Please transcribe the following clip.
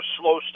slow